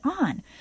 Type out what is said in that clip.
on